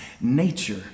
nature